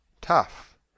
Tough